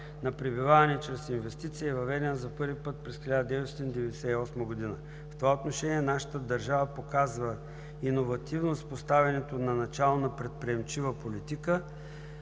на пребиваване чрез инвестиции е въведена за първи път през 1998 г. В това отношение нашата държава показва иновативност в поставянето на начало на предприемчива политика